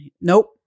Nope